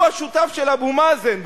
הוא השותף של אבו מאזן,